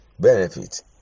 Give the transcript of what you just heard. Benefit